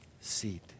seat